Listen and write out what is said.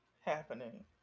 happening